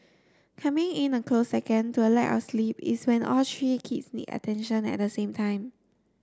coming in a close second to lack of sleep is when all three kids need attention at the same time